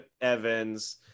evans